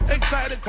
Excited